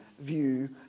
view